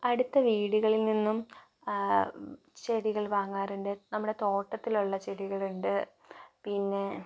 അടുത്ത വീടുകളിൽ നിന്നും ചെടികൾ വാങ്ങാറുണ്ട് നമ്മുടെ തോട്ടത്തിലുള്ള ചെടികൾ ഉണ്ട് പിന്നെ